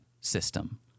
system